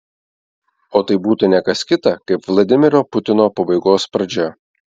o tai būtų ne kas kita kaip vladimiro putino pabaigos pradžia